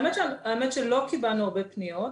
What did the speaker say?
האמת היא שאנחנו לא קיבלנו הרבה פניות,